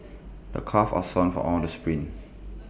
my calves are sore from all the sprints